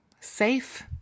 safe